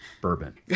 bourbon